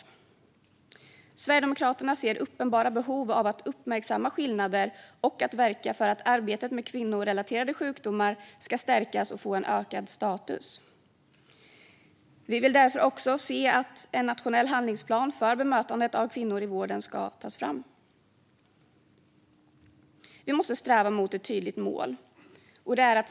Vi i Sverigedemokraterna ser uppenbara behov av att uppmärksamma skillnader och att verka för att arbetet med kvinnorelaterade sjukdomar ska stärkas och få en ökad status. Vi vill därför se att en nationell handlingsplan för bemötandet av kvinnor i vården tas fram. Vi måste sträva mot ett tydligt mål.